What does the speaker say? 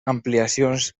ampliacions